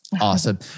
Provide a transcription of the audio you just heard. Awesome